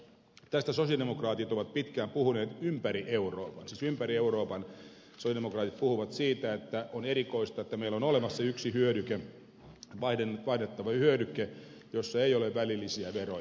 tästä sosialidemokraatit ovat pitkään puhuneet ympäri euroopan siis ympäri euroopan sosialidemokraatit puhuvat siitä että on erikoista että meillä on olemassa yksi hyödyke vaihdettava hyödyke jossa ei ole välillisiä veroja